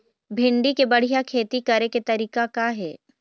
भिंडी के बढ़िया खेती करे के तरीका का हे?